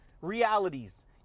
realities